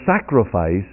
sacrifice